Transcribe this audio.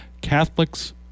Catholics